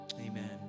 amen